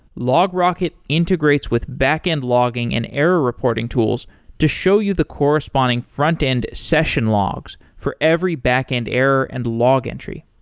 logrocket integrates with back-end logging and error reporting tools to show you the corresponding frontend session logs for every back-end error and log entry.